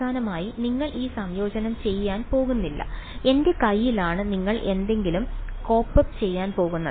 അവസാനമായി നിങ്ങൾ ഈ സംയോജനം ചെയ്യാൻ പോകുന്നില്ല എന്റെ കൈയിലാണ് നിങ്ങൾ എന്തെങ്കിലും കോഡ് അപ്പ് ചെയ്യാൻ പോകുന്നത്